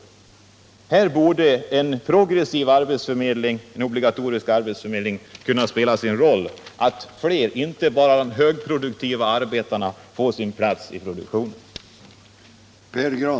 På den punkten borde en progressiv obligatorisk arbetsförmedling kunna spela sin roll och medverka till att fler — inte bara de högproduktiva arbetarna —- får sin plats i produktionen.